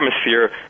atmosphere